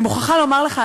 אני מוכרחה לומר לך,